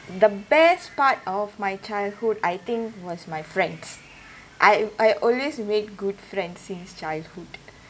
the best part of my childhood I think was my friends I I always make good friend since childhood